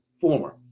former